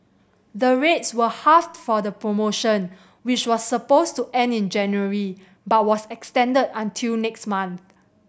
the rates were halved for the promotion which was supposed to end in January but was extended until next month